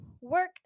work